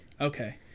Okay